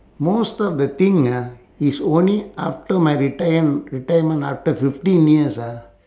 most of the thing ah is only after my retire~ retirement after fifteen years ah